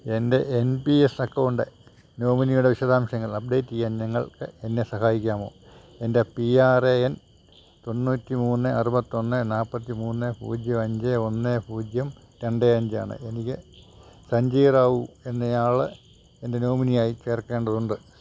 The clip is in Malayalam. എൻ്റെ എൻ പി എസ് അക്കൗണ്ട് നോമിനിയുടെ വിശദാംശങ്ങൾ അപ്ഡേറ്റ് ചെയ്യാൻ നിങ്ങൾക്കെന്നെ സഹായിക്കാമോ എൻ്റെ പി ആർ എ എൻ തൊണ്ണൂറ്റിമൂന്ന് അറുപത്തിയൊന്ന് നാൽപ്പത്തിമൂന്ന് പൂജ്യം അഞ്ച് ഒന്ന് പൂജ്യം രണ്ട് അഞ്ചാണ് എനിക്ക് സഞ്ജയ് റാവു എന്നയാളെ എൻ്റെ നോമിനിയായി ചേർക്കേണ്ടതുണ്ട്